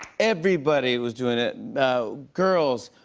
everybody was doing it. girls,